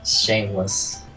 Shameless